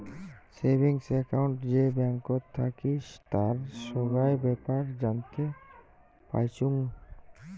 savings account যে ব্যাঙ্কত থাকি তার সোগায় বেপার জানতে পাইচুঙ